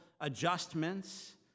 adjustments